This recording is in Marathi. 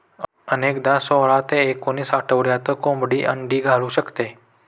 अनेकदा सोळा ते एकवीस आठवड्यात कोंबडी अंडी घालू शकते